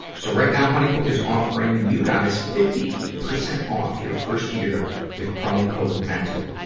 so right now, honeybook is offering you guys fifty percent off your first year with promo code mental.